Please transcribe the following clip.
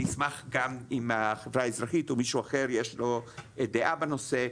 אני אשמח גם אם החברה האזרחית או מישהו אחר יש לו דעה בנושא,